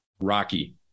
Rocky